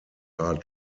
are